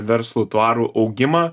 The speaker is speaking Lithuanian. verslų tvarų augimą